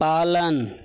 पालन